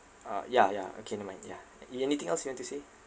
ah ya ya okay never mind yeah y~ anything else you want to say